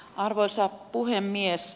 arvoisa puhemies